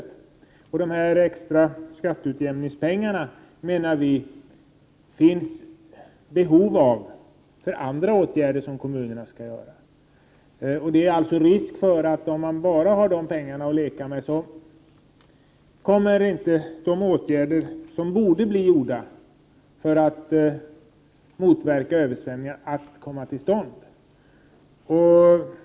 Vi anser att det finns behov av de extra skatteutjämningspengarna för andra åtgärder som kommunerna skall vidta. Risken är att om man bara har dessa pengar att leka med, så kommer inte de åtgärder som borde vidtas för att motverka översvämningar att komma till stånd.